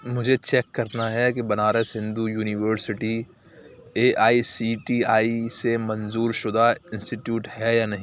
مجھے چیک کرنا ہے کہ Banaras Hindu university A I C T I سے منظور شدہ انسٹیٹیوٹ ہے یا نہیں